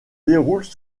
déroulent